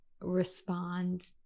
respond